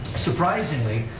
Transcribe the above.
surprisingly,